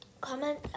comment